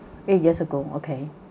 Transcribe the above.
eight years ago okay